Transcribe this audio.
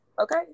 Okay